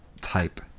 type